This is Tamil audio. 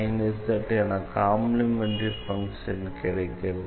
எனவே என காம்ப்ளிமெண்டரி ஃபங்ஷன் கிடைக்கிறது